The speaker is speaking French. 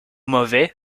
mauvais